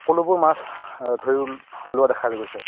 সকলোবোৰ মাছ ধৰি পেলোৱা দেখা গৈছে